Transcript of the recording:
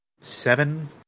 seven